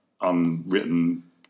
unwritten